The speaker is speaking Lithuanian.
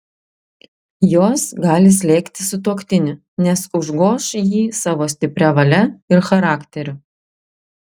jos gali slėgti sutuoktinį nes užgoš jį savo stipria valia ir charakteriu